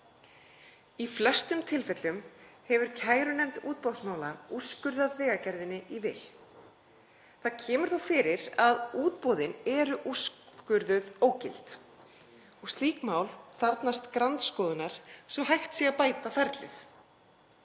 Í flestum tilfellum hefur kærunefnd útboðsmála úrskurðað Vegagerðinni í vil. Það kemur þó fyrir að útboðin eru úrskurðuð ógild og slík mál þarfnast grandskoðunar svo að hægt sé að bæta ferlið.